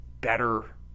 better